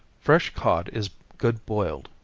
fresh cod is good boiled,